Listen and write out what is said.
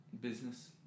business